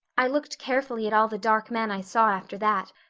i looked carefully at all the dark men i saw after that,